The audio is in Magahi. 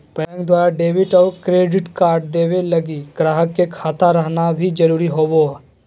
बैंक द्वारा डेबिट और क्रेडिट कार्ड देवे लगी गाहक के खाता रहना भी जरूरी होवो